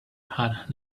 had